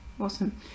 Awesome